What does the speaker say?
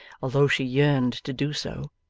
although she yearned to do so,